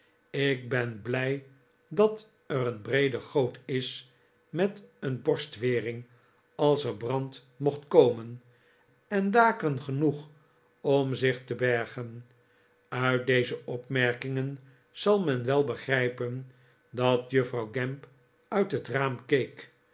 ik ben blij dat er een breede goot is met een borstwering als er brand mocht komen en daken genoeg om zich te bergen uit deze opmerkingen zal men wel begrijpen dat juffrouw gamp uit het raam